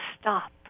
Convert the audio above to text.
stop